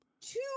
two